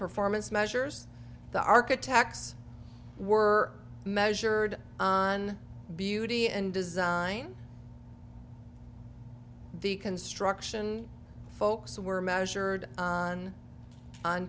performance measures the architects were measured on beauty and design the construction folks were measured on on